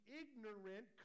ignorant